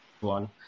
one